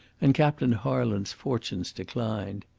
and captain harland's fortunes declined.